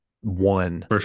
one